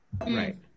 right